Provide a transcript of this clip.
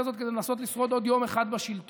הזו כדי לנסות לשרוד עוד יום אחד בשלטון.